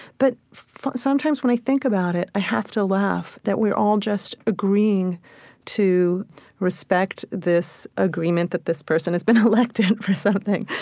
but sometimes, when i think about it, i have to laugh that we're all just agreeing to respect this agreement that this person has been elected for something.